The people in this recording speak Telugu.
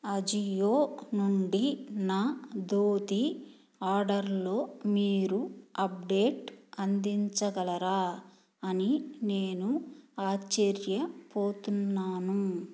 అజియో నుండి నా ధోతి ఆర్డర్లో మీరు అప్డేట్ అందించగలరా అని నేను ఆశ్చర్యపోతున్నాను